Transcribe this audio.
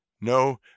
No